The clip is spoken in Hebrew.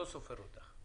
ואני לא סופר אותך.